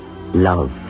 love